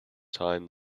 time